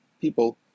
people